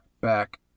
back